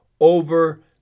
over